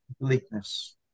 bleakness